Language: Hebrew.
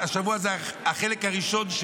השבוע זה החלק הראשון,